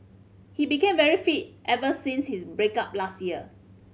he became very fit ever since his break up last year